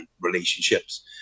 relationships